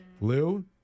Lou